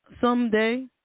someday